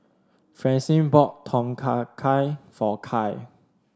Francine bought Tom Kha Gai for Kai